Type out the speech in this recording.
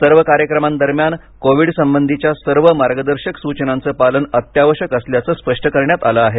सर्व कार्यक्रमांदरम्यान कोविड संबंधीच्या सर्व मार्गदर्शक सूचनांचं पालन अत्यावश्यक असल्याचं स्पष्ट करण्यात आलं आहे